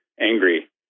angry